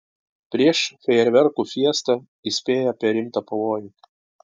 prieš fejerverkų fiestą įspėja apie rimtą pavojų